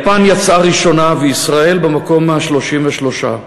יפן יצאה ראשונה וישראל במקום ה-33.